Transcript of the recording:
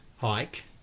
hike